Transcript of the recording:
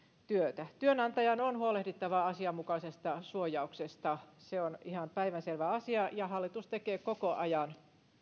työtä työnantajan on huolehdittava asianmukaisesta suojauksesta se on ihan päivänselvä asia ja hallitus tekee koko ajan